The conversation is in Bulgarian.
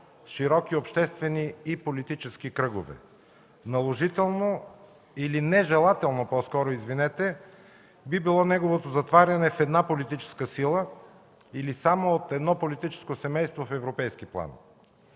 широки обществени и политически кръгове. Нежелателно би било неговото затваряне в една политическа сила или само от едно политическо семейство в европейски план.